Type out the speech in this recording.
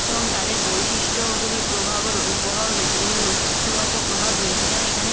এবং তাদের বৈশিষ্ট্যগুলির প্রভাবও প্রভাব রয়েছে যেগুলির ঐতিহ্যগত প্রভাব রয়েছে যেমন এখানে